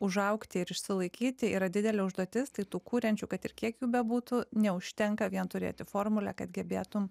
užaugti ir išsilaikyti yra didelė užduotis tai tų kuriančių kad ir kiek jų bebūtų neužtenka vien turėti formulę kad gebėtum